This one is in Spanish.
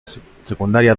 secundaria